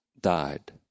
died